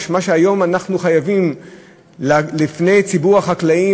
או מה שהיום אנחנו חייבים לציבור החקלאים